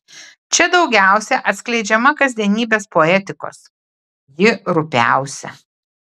čia daugiausiai atskleidžiama kasdienybės poetikos ji rupiausia